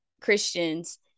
Christians